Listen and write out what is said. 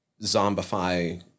zombify